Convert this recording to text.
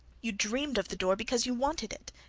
you dreamed of the door because you wanted it,